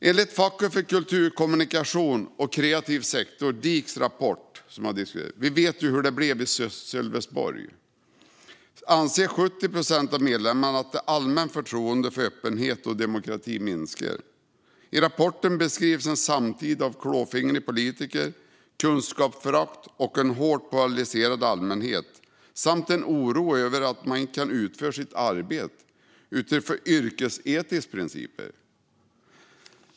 Enligt rapporten Vi vet ju hur det blev i Sölvesborg från facket för kultur, kommunikation och kreativ sektor, DIK, anser 70 procent av medlemmarna att det allmänna förtroendet för öppenhet och demokrati minskar. I rapporten beskrivs en samtid med klåfingriga politiker, kunskapsförakt, en hårt polariserande allmänhet samt oro över att inte kunna utföra sitt arbete utifrån yrkesetiska principer.